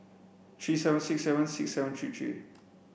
three seven six seven six seven three three